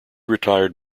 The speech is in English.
retired